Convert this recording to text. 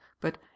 but